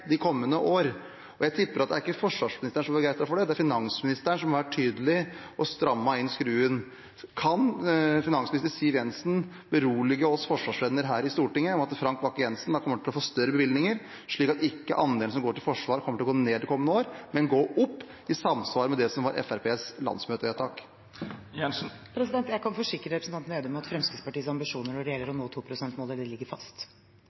de kommende år. Jeg tipper at det ikke er forsvarsministeren som er begeistret for det, det er finansministeren som tydeligvis har strammet skruen. Kan finansminister Siv Jensen berolige oss forsvarsvenner her i Stortinget om at Frank Bakke-Jensen kommer til å få større bevilgninger, slik at ikke andelen som går til forsvar, kommer til å gå ned kommende år, men gå opp i samsvar med det som var Fremskrittspartiets landsmøtevedtak. Jeg kan forsikre representanten Slagsvold Vedum om at Fremskrittspartiets ambisjoner når det gjelder å nå 2- prosentmålet, ligger fast.